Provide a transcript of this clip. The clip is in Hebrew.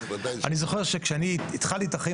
אני זוכר שכשאני התחלתי את החיים